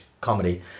comedy